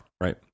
right